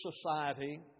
society